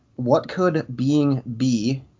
whatcouldbeingbe